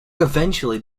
eventually